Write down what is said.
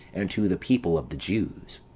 and to the people of the jews.